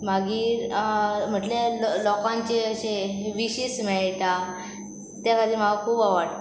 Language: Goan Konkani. मागीर म्हटल्यार लोकांचे अशे विशीस मेळटा त्या खातीर म्हाका खूब आवडटा